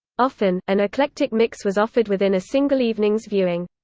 often, an eclectic mix was offered within a single evening's viewing.